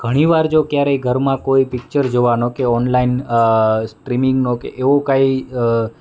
ઘણી વાર જો ક્યારેય ઘરમાં કોઈ પિક્ચર જોવાનો કે ઓનલાઇન સ્ટ્રીમીંગનો કે એવું કંઇ